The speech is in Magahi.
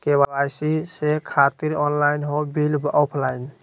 के.वाई.सी से खातिर ऑनलाइन हो बिल ऑफलाइन?